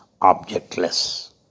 objectless